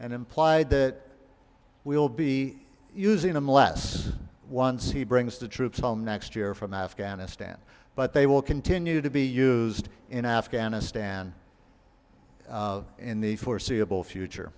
and implied that we'll be using them less once he brings to troops all next year from afghanistan but they will continue to be used in afghanistan in the foreseeable future